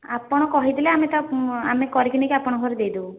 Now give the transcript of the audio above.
ଆପଣ କହିଦେଲେ ଆମେ ତା' ଆମେ କରିକି ନେଇକି ଆପଣଙ୍କ ଘରେ ଦେଇଦେବୁ